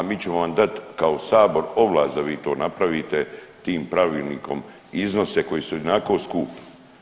A mi ćemo vam dati kao Sabor ovlast da vi to napravite tim pravilnikom iznose koji su ionako skupi.